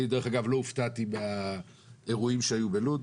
דרך אגב, אני לא הופתעתי מהאירועים שהיו בלוד.